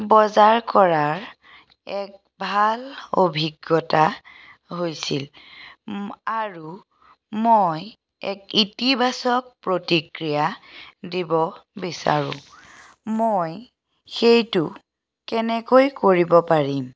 বজাৰ কৰাৰ এক ভাল অভিজ্ঞতা হৈছিল আৰু মই এক ইতিবাচক প্ৰতিক্ৰিয়া দিব বিচাৰোঁ মই সেইটো কেনেকৈ কৰিব পাৰিম